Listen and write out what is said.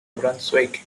brunswick